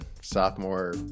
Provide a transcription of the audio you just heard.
sophomore